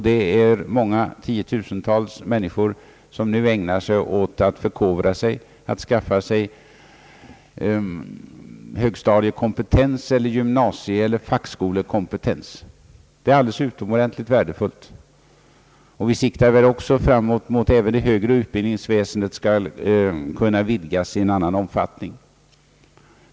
Det är många tiotusentals människor som nu ägnar sig åt att skaffa sig högstadiekompetens, gymnasieeller fackskolekompetens. Detta är utomordentligt värdefullt. Vi siktar väl också till att även det högre undervisningsväsendet skall kunna vidgas till en annan omfattning.